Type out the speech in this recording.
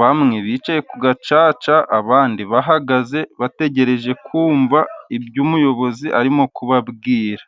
bamwe bicaye ku gacaca, abandi bahagaze, bategereje kumva ibyo umuyobozi arimo kubabwira.